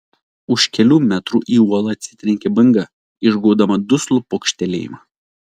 už kelių metrų į uolą atsitrenkė banga išgaudama duslų pokštelėjimą